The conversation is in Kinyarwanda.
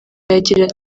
yagiraga